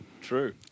True